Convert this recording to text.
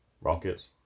Rockets